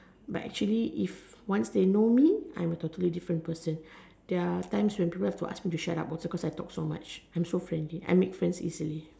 but actually if once they know me I'm a totally different person there are times when people have to ask me to shut up also cause I talk too much I'm so friendly I make friends easily